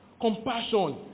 Compassion